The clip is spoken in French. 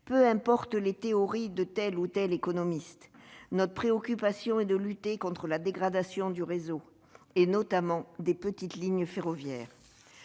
Peu importent les théories de tel ou tel économiste : notre préoccupation est de lutter contre la dégradation du réseau, notamment celle des petites lignes ferroviaires.